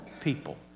people